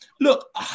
look